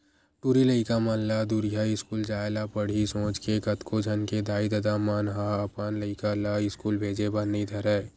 टूरी लइका मन ला दूरिहा इस्कूल जाय ल पड़ही सोच के कतको झन के दाई ददा मन ह अपन लइका ला इस्कूल भेजे बर नइ धरय